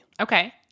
okay